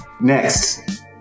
Next